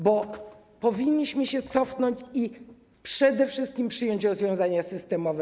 Bo powinniśmy się cofnąć i przede wszystkim przyjąć rozwiązania systemowe.